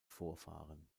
vorfahren